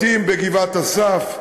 בתים בגבעת-אסף,